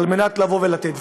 על מנת לבוא ולתת.